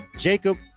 Jacob